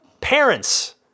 parents